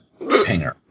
pinger